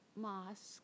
Mosque